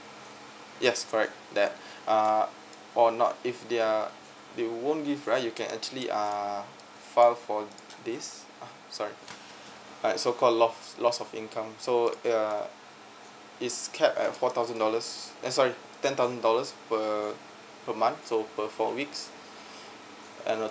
yes correct that uh or not if they are they won't give right you can actually err file for this uh sorry ya so call lost lost of income so uh it's capped at four thousand dollars err sorry ten thousand dollars per uh per month so per four weeks